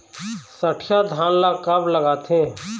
सठिया धान ला कब लगाथें?